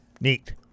Neat